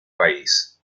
país